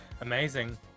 amazing